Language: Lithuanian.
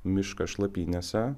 mišką šlapynėse